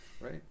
Right